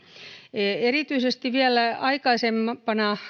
erityisesti vielä aikaisempana